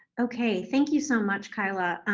okay, thank you so much, kyla.